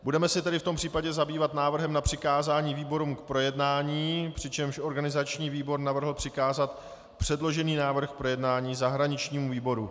Budeme se tedy v tom případě zabývat návrhem na přikázání výborům k projednání, přičemž organizační výbor navrhl přikázat předložený návrh k projednání zahraničnímu výboru.